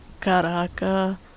Caraca